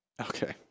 Okay